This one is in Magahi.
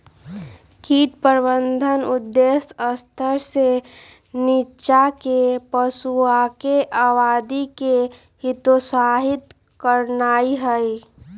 कीट प्रबंधन के उद्देश्य स्तर से नीच्चाके पिलुआके आबादी के हतोत्साहित करनाइ हइ